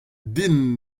din